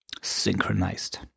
synchronized